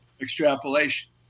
extrapolation